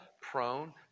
prone